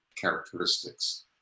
characteristics